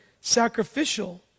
sacrificial